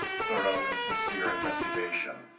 thorough and sincere investigation.